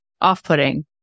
off-putting